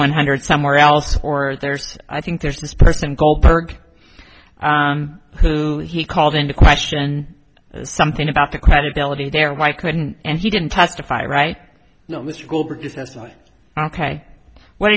one hundred somewhere else or there's i think there's this person goldberg who he called into question something about the credibility there why couldn't and he didn't testify right